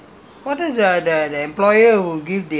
mine is not a kampung mine is a quarters